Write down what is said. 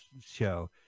show